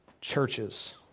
churches